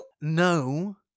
No